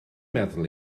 meddwl